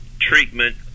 treatment